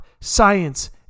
science